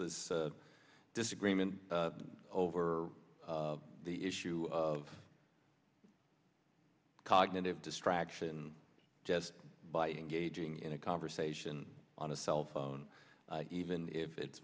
this a disagreement over the issue of cognitive distraction just by engaging in a conversation on a cell phone even if it's